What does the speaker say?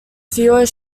fewer